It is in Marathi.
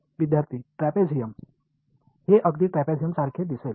विद्यार्थीः ट्रॅपेझियम हे अगदी ट्रॅपीझियमसारखे दिसेल